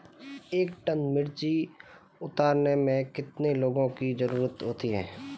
एक टन मिर्ची उतारने में कितने लोगों की ज़रुरत होती है?